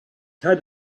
had